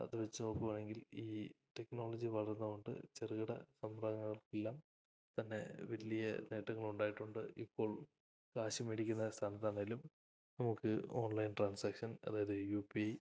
അതുവച്ചു നോക്കുകയാണെങ്കിൽ ഈ ടെക്നോളജി വളർന്നതുകൊണ്ട് ചെറുകിട സംരംഭങ്ങൾക്കെല്ലാം തന്നെ വലിയ നേട്ടങ്ങളുണ്ടായിട്ടുണ്ട് ഇപ്പോൾ കാശ് മേടിക്കുന്ന സ്ഥലത്താണേലും നമുക്ക് ഓൺലൈൻ ട്രാൻസാക്ഷൻ അതായത് യു പി